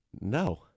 No